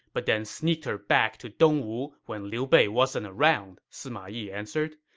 but then sneaked her back to dongwu when liu bei wasn't around, sima yi answered.